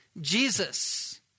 Jesus